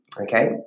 Okay